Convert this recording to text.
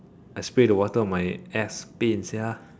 I spray the water on my ass pain sia